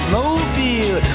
mobile